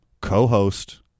co-host